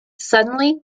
suddenly